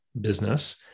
business